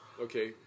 Okay